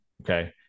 Okay